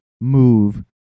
move